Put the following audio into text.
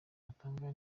natanga